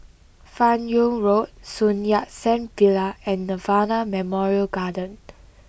Fan Yoong Road Sun Yat Sen Villa and Nirvana Memorial Garden